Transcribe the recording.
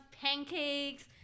pancakes